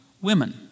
women